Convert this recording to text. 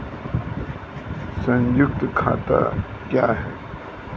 संयुक्त खाता क्या हैं?